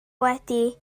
wedi